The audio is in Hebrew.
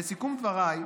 לסיכום דבריי,